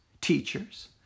teachers